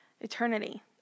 eternity